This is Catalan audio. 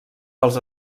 dels